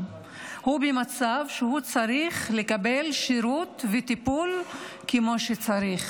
הוא במצב שהוא צריך לקבל שירות וטיפול כמו שצריך,